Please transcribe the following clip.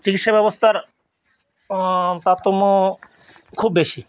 চিকিৎসা ব্যবস্থার তারতম্য খুব বেশি